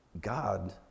God